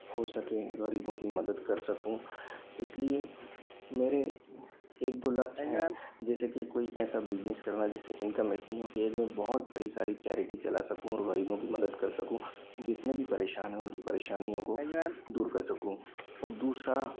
हो सके गरीबों की मदद कर सकूँ इसलिए मेरे एक दो लक्ष्य हैं जैसे के कोई ऐसा बिज़नेस करना जिससे इनकम इतनी हो कि मैं बहुत बड़ी सारी चैरिटी चला सकूँ और गरीबों की मदद कर सकूँ जितने भी परेशान हैं उनकी परेशानियों को दूर कर सकूँ और दूसरा